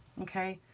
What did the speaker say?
okay,